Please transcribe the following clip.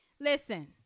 Listen